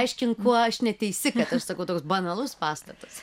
aiškink kuo aš neteisi bet aš sakau toks banalus pastatas